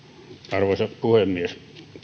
arvoisa puhemies